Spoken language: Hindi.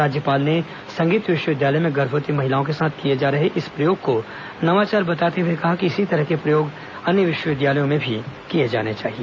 राज्यपाल ने संगीत विश्वविद्यालय में गर्भवती महिलाओं के साथ किए जा रहे इस प्रयोग को नवाचार बताते हुए कहा कि इसी तरह के प्रयोग अन्य विश्वविद्यालयों में भी किए जाने चाहिए